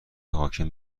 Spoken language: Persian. حاکم